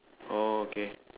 oh okay